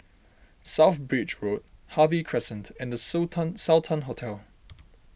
South Bridge Road Harvey Crescent and the so tan Sultan Hotel